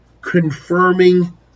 confirming